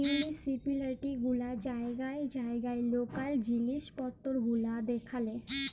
municipality গুলা জাইগায় জাইগায় লকাল জিলিস পত্তর গুলা দ্যাখেল